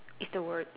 it's the word